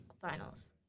finals